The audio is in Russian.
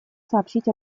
сообщить